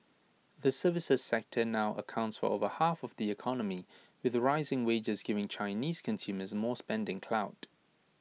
the services sector now accounts for over half of the economy with rising wages giving Chinese consumers more spending clout